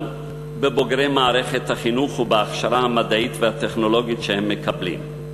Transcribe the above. בבוגרי מערכת החינוך ובהכשרה המדעית והטכנולוגית שהם מקבלים.